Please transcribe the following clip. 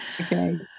Okay